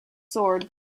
sword